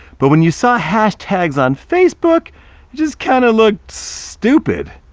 but when you saw hashtags on facebook, it just kinda looked stupid.